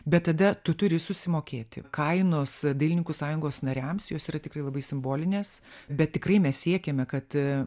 bet tada tu turi susimokėti kainos dailininkų sąjungos nariams jos yra tikrai labai simbolinės bet tikrai mes siekiame kad